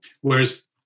whereas